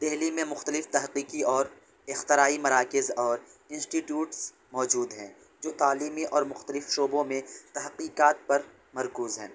دہلی میں مختلف تحقیقی اور اختراعی مراکز اور انسٹیٹیوٹس موجود ہیں جو تعلیمی اور مختلف شعبوں میں تحقیقات پر مرکوز ہیں